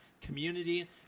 community